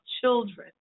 children